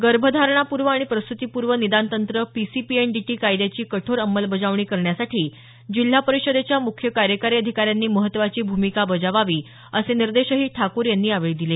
गर्भधारणापूर्व आणि प्रस्तीपूर्व निदान तंत्र पीसीपीएनडीटी कायद्याची कठोर अंमलबजावणी करण्यासाठी जिल्हा परिषदेच्या मुख्य कार्यकारी अधिकाऱ्यांनी महत्त्वाची भूमिका बजावावी असे निर्देशही ठाकूर यांनी यावेळी दिले